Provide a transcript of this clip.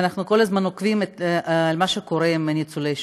ואנחנו כל הזמן עוקבים אחרי מה שקורה עם ניצולי השואה.